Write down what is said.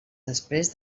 després